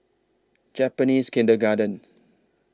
Japanese Kindergarten